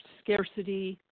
scarcity